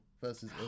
versus